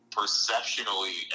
perceptionally